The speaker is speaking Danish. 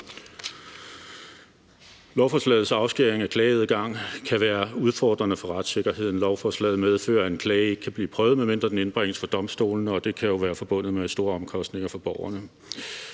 Lovforslagets afskæring af klageadgang kan være udfordrende for retssikkerheden. Lovforslaget medfører, at en klage ikke kan blive prøvet, medmindre den indbringes for domstolene, og det kan jo være forbundet med store omkostninger for borgerne.